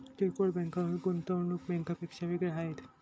किरकोळ बँका गुंतवणूक बँकांपेक्षा वेगळ्या आहेत